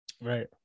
Right